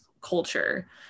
culture